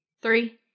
Three